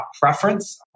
preference